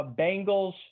Bengals